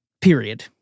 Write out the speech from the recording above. period